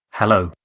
hello.